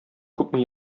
күпме